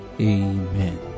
Amen